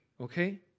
okay